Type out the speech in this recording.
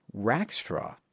Rackstraw